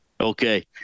Okay